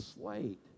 slate